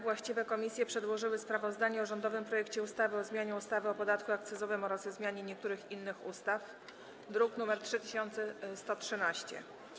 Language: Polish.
Właściwe komisje przedłożyły sprawozdanie o rządowym projekcie ustawy o zmianie ustawy o podatku akcyzowym oraz o zmianie niektórych innych ustaw, druk nr 3113.